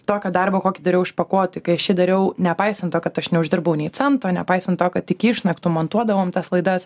tokio darbo kokį dariau išpakuoti kai aš čia dariau nepaisant to kad aš neuždirbau nė cento nepaisant to kad iki išnaktų montuodavom tas laidas